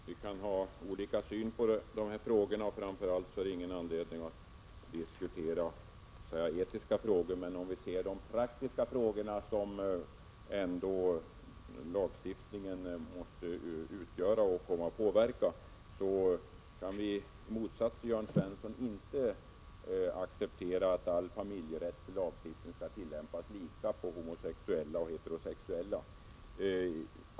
Herr talman! Vi kan ha olika syn på dessa frågor och framför allt finns det ingen anledning att diskutera etiska frågor. Men om vi ser på de praktiska frågor som lagstiftningen ändå måste omfatta och påverka kan vi i motsats till Jörn Svensson inte acceptera att all familjerättslig lagstiftning skall tillämpas lika för homosexuella och heterosexuella.